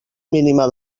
mínima